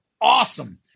Awesome